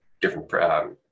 different